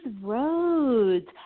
roads